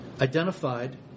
identified